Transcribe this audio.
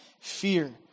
fear